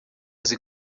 azi